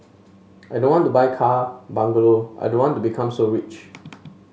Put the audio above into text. I don't want to buy car bungalow I don't want to become so rich